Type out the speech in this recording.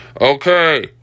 Okay